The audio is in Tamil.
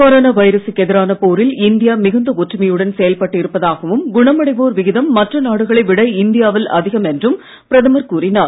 கொரோனா வைரசுக்கு எதிரான போரில் இந்தியா மிகுந்த ஒற்றுமையுடன் செயல்பட்டு இருப்பதாகவும் குணமடைவோர் விகிதம் மற்ற நாடுகளை விட இந்தியாவில் அதிகம் என்றும் பிரதமர் கூறினார்